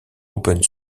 open